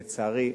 לצערי,